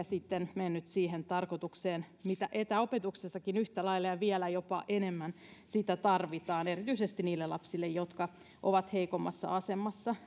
sitten mennyt siihen tarkoitukseen mitä etäopetuksessakin yhtä lailla ja vielä jopa enemmän tarvitaan erityisesti niille lapsille jotka ovat heikommassa asemassa